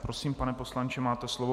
Prosím, pane poslanče, máte slovo.